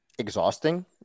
Exhausting